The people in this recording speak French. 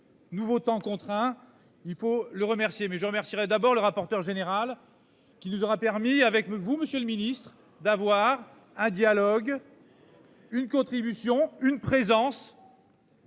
Nouveau temps contraint, il faut le remercier mais je remercierai d'abord le rapporteur général qui nous aura permis avec vous Monsieur le Ministre d'avoir un dialogue.-- Une contribution, une présence.--